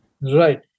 Right